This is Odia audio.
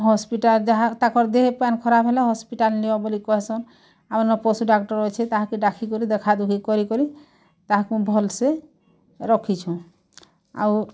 ହସ୍ପିଟାଲ୍ ଯାହା ତାକର୍ ଦେହ ପାନ୍ ଖରାପ ହେଲେ ହସ୍ପିଟାଲ୍ ନିଅଁ ବୋଲି କହେସନ୍ ଆମର୍ ପଶୁ ଡାକ୍ତର ଅଛି ତାହାକେ ଡାକିକରି ଦେଖା ଦୁଖି କରିକରି ତାହାକୁ ଭଲସେ ରଖିଛୁଁ ଆଉ